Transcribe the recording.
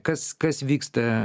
kas kas vyksta